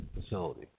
facility